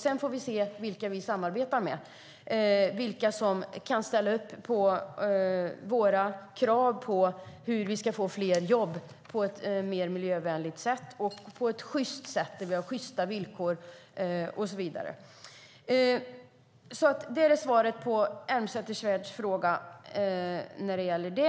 Sedan får vi se vilka vi samarbetar med och vilka som kan ställa upp på våra krav på hur vi ska få fler jobb på ett mer miljövänligt och sjyst sätt där vi har sjysta villkor och så vidare. Det är svaret på den frågan. Det